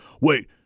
wait